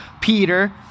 Peter